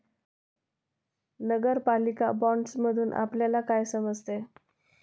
नगरपालिका बाँडसमधुन आपल्याला काय समजते?